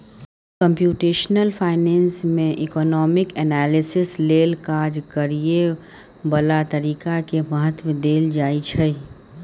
computational finance में economic analysis लेल काज करए बला तरीका के महत्व देल जाइ छइ